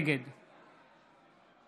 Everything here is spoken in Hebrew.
נגד